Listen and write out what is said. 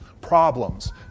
problems